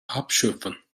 abschöpfen